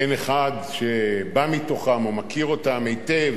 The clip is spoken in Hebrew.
אין אחד שבא מתוכם או מכיר אותם היטב